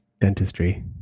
dentistry